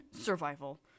Survival